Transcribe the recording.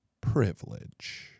privilege